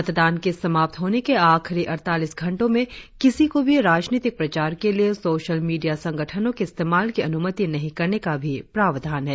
मतदान के समाप्त होने के आखिरी अड़तालीस घंटों में किसी को भी राजनीतिक प्रचार के लिए सोशल मीडिया संगठनों के इस्तेमाल की अनुमति नहीं करने का भी प्रावधान है